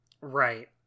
Right